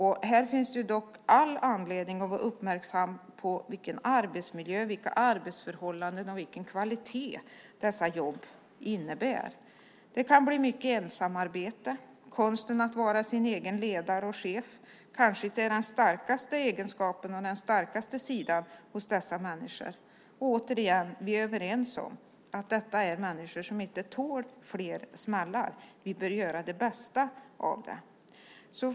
Här finns dock all anledning att vara uppmärksam på vilken arbetsmiljö, vilka arbetsförhållanden och vilken kvalitet dessa jobb innebär. Det kan bli mycket ensamarbete. Konsten att vara sin egen ledare och chef kanske inte är den starkaste sidan hos dessa människor. Återigen: Vi är överens om att detta är människor som inte tål fler smällar. Vi bör göra det bästa av det.